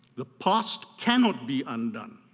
the past cannot be undone,